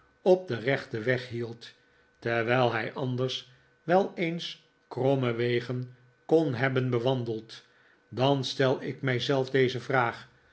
op den rechten weg hield terwijl hij anders wel eens kromme wegen kon hebben bewandeld dan stel ik mij zelf deze vraag